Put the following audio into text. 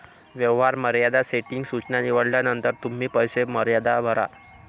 व्यवहार मर्यादा सेटिंग सूचना निवडल्यानंतर तुम्ही पैसे मर्यादा भरा